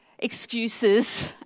Excuses